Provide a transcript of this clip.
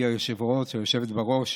גברתי היושבת-ראש,